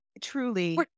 truly